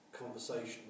conversations